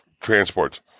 transports